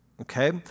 Okay